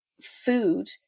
food